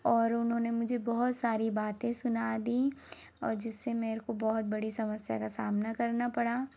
और उन्होंने मुझे बहुत सारी बातें सुना दीं और जिससे मेरे को बहुत बड़ी समस्या का सामना करना पड़ा